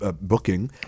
booking